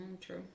true